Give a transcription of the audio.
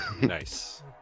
Nice